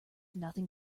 nothing